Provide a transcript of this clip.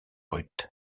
ruth